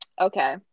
Okay